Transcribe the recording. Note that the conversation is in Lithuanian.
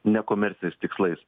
nekomerciniais tikslais